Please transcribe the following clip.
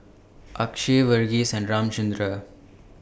Akshay Verghese and Ramchundra